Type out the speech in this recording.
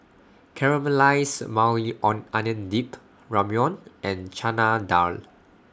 Caramelized Maui Onion Dip Ramyeon and Chana Dal